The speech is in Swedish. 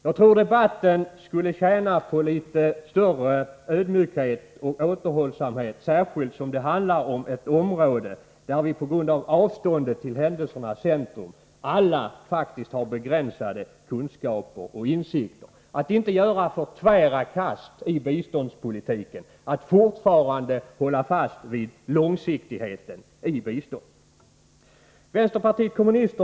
Jag tror att debatten skulle tjäna på litet större ödmjukhet och återhållsamhet — särskilt som det handlar om ett område som vi alla på grund av avstånden till händelsernas centrum faktiskt har begränsade kunskaper och insikter om — och att vi inte gör för tvära kast i biståndspolitiken utan håller fast vid långsiktigheten när det gäller biståndet.